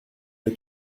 est